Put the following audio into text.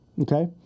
Okay